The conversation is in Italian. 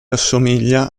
assomiglia